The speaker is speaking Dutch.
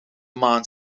maan